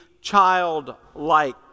childlike